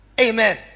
Amen